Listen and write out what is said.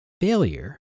failure